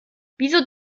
wieso